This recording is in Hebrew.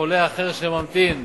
לחולה אחר שממתין.